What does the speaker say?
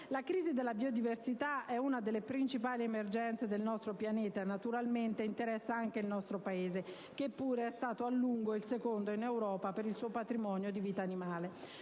La crisi della biodiversità è una delle principali emergenze del nostro pianeta e naturalmente interessa anche il nostro Paese, che pure è stato a lungo il secondo in Europa per il suo patrimonio di vita animale.